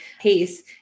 pace